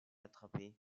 attrapé